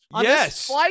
yes